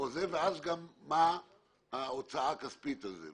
ואז גם מה ההוצאה הכספית עבור זה?